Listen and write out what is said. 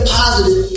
positive